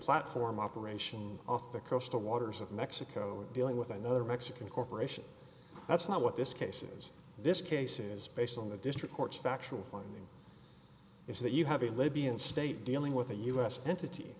platform operation off the coastal waters of mexico dealing with another mexican corporation that's not what this case is this case is based on the district court's factual finding is that you have a libyan state dealing with a u s entity